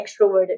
extroverted